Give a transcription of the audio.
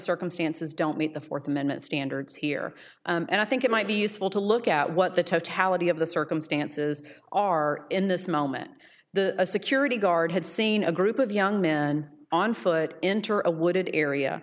circumstances don't meet the fourth amendment standards here and i think it might be useful to look at what the totality of the circumstances are in this moment the security guard had seen a group of young men on foot into a wooded area